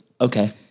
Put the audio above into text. Okay